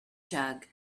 jug